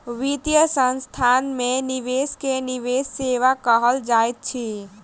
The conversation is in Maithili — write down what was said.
वित्तीय संस्थान में निवेश के निवेश सेवा कहल जाइत अछि